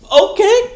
okay